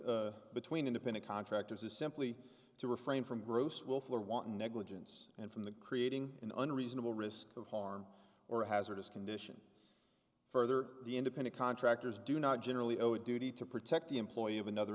to between independent contractors is simply to refrain from gross willful or wanton negligence and from the creating an unreasonable risk of harm or hazardous condition further the independent contractors do not generally owe a duty to protect the employee of another